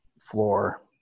floor